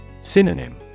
Synonym